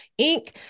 Inc